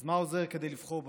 אז מה עוזר כדי לבחור בטוב?